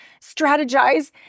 strategize